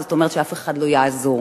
זאת אומרת שאף אחד לא יעזור,